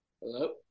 Hello